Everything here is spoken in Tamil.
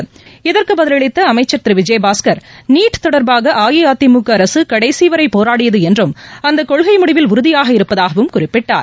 நீட் இதற்குபதிலளித்தஅமைச்சர் திருவிஜயபாஸ்கர் தொடர்பாகஅஇஅதிமுகஅரசுகடைசிவரைபோராடியதுஎன்றும் அந்தகொள்கைமுடிவில் உறுதியாக இருப்பதாகவும் குறிப்பிட்டார்